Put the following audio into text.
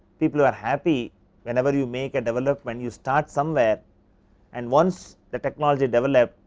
people were happy whenever you make a development, you start somewhere and once the technology develop,